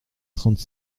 trente